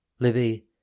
Libby